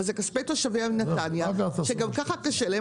אבל זה כוספי תושבי נתניה שגם ככה תשלם,